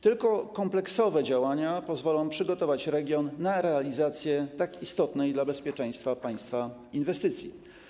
Tylko kompleksowe działania pozwolą przygotować region na realizację tak istotnej dla bezpieczeństwa państwa inwestycji.